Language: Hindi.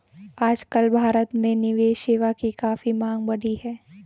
आजकल भारत में निवेश सेवा की काफी मांग बढ़ी है